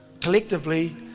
collectively